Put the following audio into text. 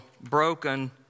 broken